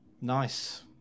Nice